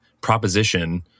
proposition